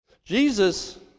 Jesus